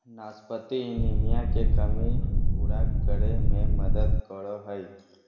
नाशपाती एनीमिया के कमी पूरा करै में मदद करो हइ